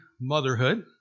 motherhood